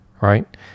right